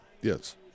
Yes